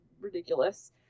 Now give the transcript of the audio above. ridiculous